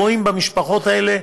רואים במשפחות האלה,